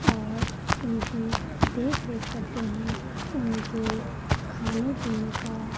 और उनकी देख रेख करते हैं उनके खाने पीने का